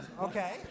Okay